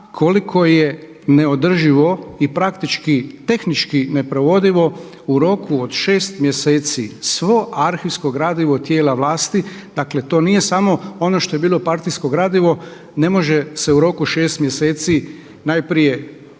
koliko je neodrživo i praktički tehnički neprovodivo u roku od šest mjeseci svo arhivsko gradivo tijela vlasti. Dakle, to nije samo ono što je bilo partijsko gradivo, ne može se u roku 6 mjeseci najprije smjestiti